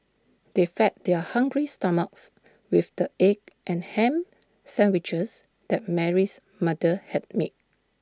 they fed their hungry stomachs with the egg and Ham Sandwiches that Mary's mother had made